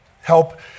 help